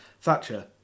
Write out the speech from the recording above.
Thatcher